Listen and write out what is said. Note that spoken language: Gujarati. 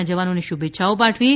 ના જવાનોને શુભેચ્છાઓ પાઠવી છે